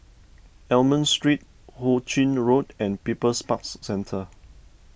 Almond Street Hu Ching Road and People's Park Centre